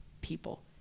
people